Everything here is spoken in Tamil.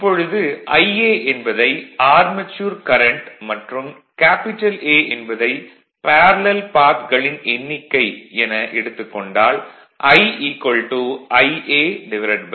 இப்பொழுது Ia என்பதை ஆர்மெச்சூர் கரண்ட் மற்றும் கேபிடல் A என்பதை பேரலல் பாத் களின் எண்ணிக்கை என எடுத்துக் கொண்டால் I IaA